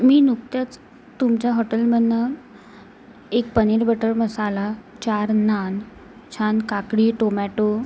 मी नुकतंच तुमच्या हॉटेलमधनं एक पनीर बटर मसाला चार नान छान काकडी टोमॅटो